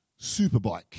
superbike